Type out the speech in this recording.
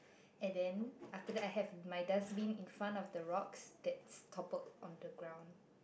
and then after that I have my dustbin in front of the rocks that's toppled on the ground